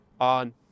on